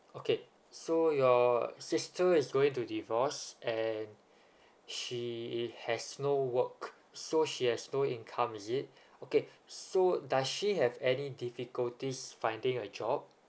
okay so your sister is going to divorce and she has no work so she has no income is it okay so does she have any difficulties finding a job